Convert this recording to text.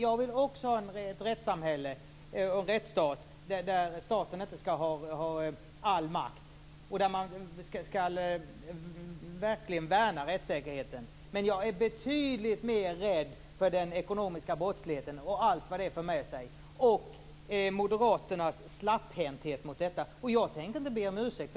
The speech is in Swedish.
Jag vill också ha ett rättssamhälle och en rättsstat där staten inte skall ha all makt och där man verkligen värnar rättssäkerheten. Men jag är betydligt mer rädd för den ekonomiska brottsligheten och allt vad den för med sig och för Moderaternas slapphänthet mot detta. Jag tänker inte be om ursäkt.